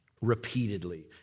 repeatedly